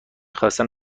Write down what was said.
خواستم